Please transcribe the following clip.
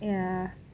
ya